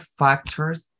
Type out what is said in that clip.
factors